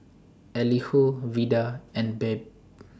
Elihu Vida and Babe